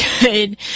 good